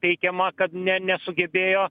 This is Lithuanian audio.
peikiama kad ne nesugebėjo